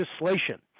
legislation